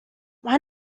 why